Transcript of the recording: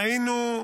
ראינו.